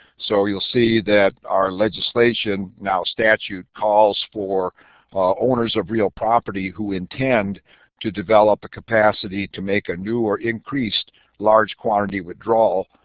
so you'll see that our legislation, now statute, calls for owners of real property who intend to develop a capacity to make a new or increased large quantity withdrawal,